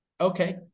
Okay